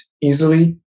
easily